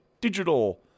digital